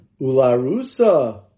Ularusa